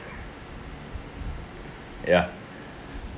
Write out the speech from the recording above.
ya